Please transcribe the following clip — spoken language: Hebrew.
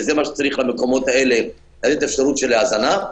וזה מה שצריך למקומות האלה האפשרות של ההזנה,